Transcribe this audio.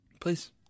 Please